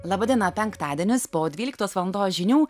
laba diena penktadienis po dvyliktos valandos žinių